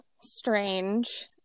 strange